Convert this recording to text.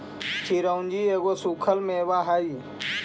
चिरौंजी एगो सूखल मेवा हई